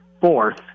fourth